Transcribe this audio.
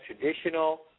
traditional